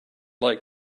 like